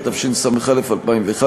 התשס"א 2001,